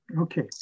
Okay